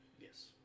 Yes